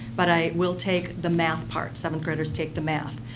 but i will take the math part. seventh graders take the math.